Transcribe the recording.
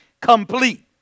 Complete